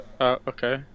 Okay